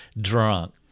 drunk